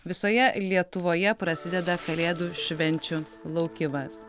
visoje lietuvoje prasideda kalėdų švenčių laukimas